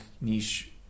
niche